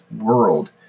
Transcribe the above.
world